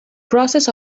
process